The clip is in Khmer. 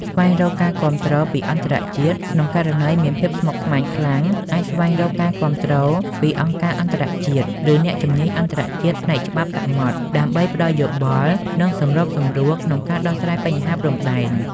ស្វែងរកការគាំទ្រពីអន្តរជាតិក្នុងករណីមានភាពស្មុគស្មាញខ្លាំង អាចស្វែងរកការគាំទ្រពីអង្គការអន្តរជាតិ ឬអ្នកជំនាញអន្តរជាតិផ្នែកច្បាប់សមុទ្រ ដើម្បីផ្តល់យោបល់ និងសម្របសម្រួលក្នុងការដោះស្រាយបញ្ហាព្រំដែន។